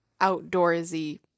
outdoorsy